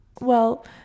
Well